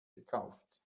gekauft